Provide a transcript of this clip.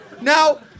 Now